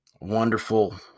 wonderful